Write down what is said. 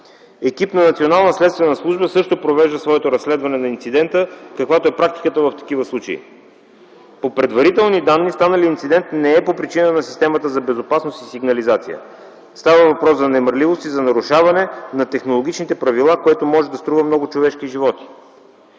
Екип на Националната следствена служба също провежда своето разследване на инцидента, каквато е практиката в такива случаи. По предварителни данни станалият инцидент не е по причина на системата за безопасност и сигнализация. Става въпрос за немарливост и нарушаване на технологичните правила, което може да струват много човешки животи,